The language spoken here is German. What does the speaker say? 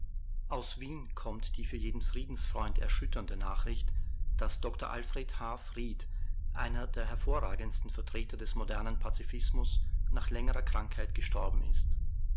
aus wien kommt die für jeden friedensfreund erschütternde nachricht daß dr alfred h fried einer der hervorragendsten vertreter des modernen pazifismus nach längerer krankheit gestorben ist